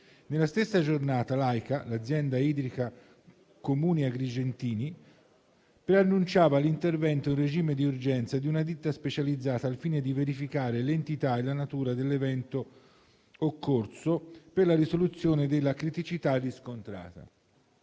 Nella stessa giornata l'AICA (Azienda idrica comuni agrigentini) preannunciava l'intervento in regime di urgenza di una ditta specializzata, al fine di verificare l'entità e la natura dell'evento occorso, per la risoluzione della criticità riscontrata.